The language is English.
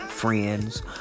Friends